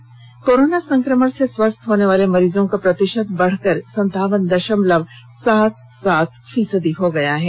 राज्य में कोरोना संक्रमण से स्वस्थ होनेवाले मरीजों का प्रतिषत बढ़कर संतावन दषमलव सात सात फीसदी हो गया है